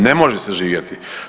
Ne može se živjeti.